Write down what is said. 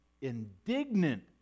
indignant